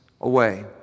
away